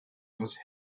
was